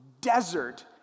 desert